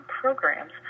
programs